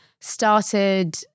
started